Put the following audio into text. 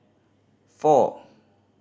four